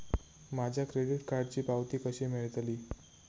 माझ्या क्रेडीट कार्डची पावती कशी मिळतली?